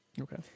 Okay